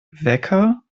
wecker